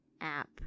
app